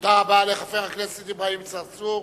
תודה רבה לחבר הכנסת אברהים צרצור.